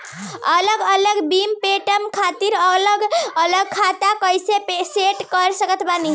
अलग अलग bill payment खातिर अलग अलग खाता कइसे सेट कर सकत बानी?